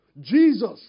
Jesus